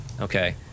okay